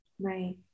Right